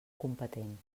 competent